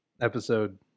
episode